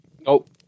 Nope